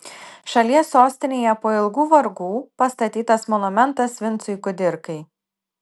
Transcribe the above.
šalies sostinėje po ilgų vargų pastatytas monumentas vincui kudirkai